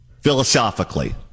philosophically